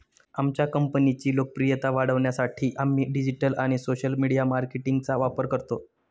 आमच्या कंपनीची लोकप्रियता वाढवण्यासाठी आम्ही डिजिटल आणि सोशल मीडिया मार्केटिंगचा वापर करतो